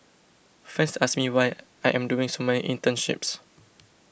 friends ask me why I am doing so many internships